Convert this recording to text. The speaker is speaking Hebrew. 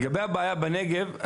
לגבי הבעיה בנגב,